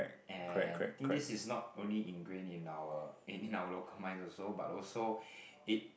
and I think this is not only ingrain in our in in our local minds but also it